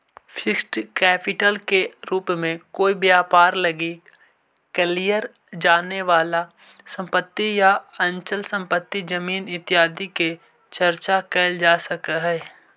fixed capital के रूप में कोई व्यापार लगी कलियर जाने वाला संपत्ति या अचल संपत्ति जमीन इत्यादि के चर्चा कैल जा सकऽ हई